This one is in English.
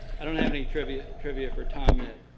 i don't have any trivia trivia for tom yet,